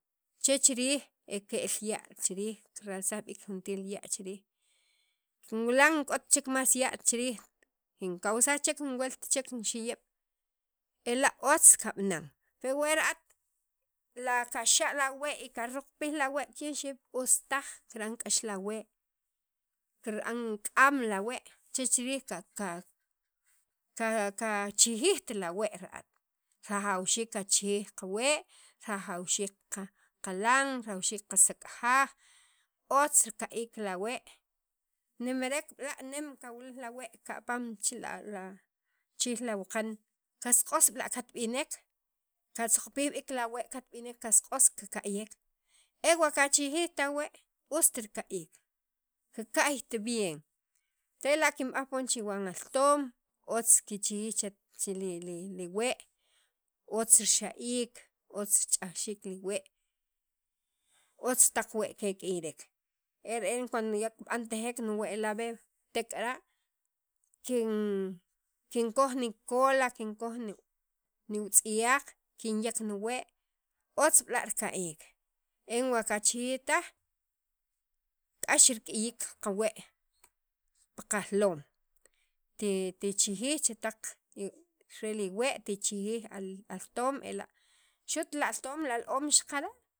chech chi riij ke'l ya' chiriij karalsaj b'iik juntir chi riij kinwilan k'ot chek más ya' chi riij junwlt chel jun xiyeeb' ela' otz kab'anan per wa ra'at' la kaxa' la wee' y karoqpij la wee' os taj kira'an k'ax la wee' kira'n k'aam la wee' che chi riij ka ka ka kachijijt la' wee' ra'at rajawxiik kachijij qawee' rajwxiik qa qalan rajawxiik kasak'ajaaj otz rika'iik la wee'nemerek b'la' nem kawil la wee' kapan che la la chiriij la waqan qas q'os b'la' katb'inek katzoqpij biik la wee' katb'inek ewa' kachijijt la wee' ust rika'iik kika'yt bien tela' kinb'aj poon chawan al toom otz kikichij che li li wee' otz rixa'iik otz rich'ajxiik li wee' otz rich'aj xiik li wee' otz taq wee ke k'iyrek ere'en cuando ya kib'antajek niwee' la b'e' tek'ara' kin kinkoj ni cola kinkoj ni wutz'yaq kinyak niwee' otz b'la' rika'iik en wa kachijij taj k'ax rik'iyik qawee' pi qajloom ti tichijij chetaq re li wee' tichijij altoom ela' xu't laltom lal om xaqara'